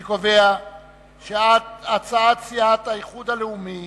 אני קובע שהצעת סיעת האיחוד הלאומי